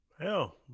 Hell